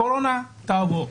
הקורונה תעבור,